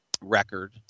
record